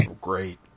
great